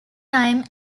time